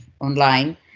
online